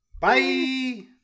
Bye